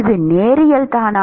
இது நேரியல்தானா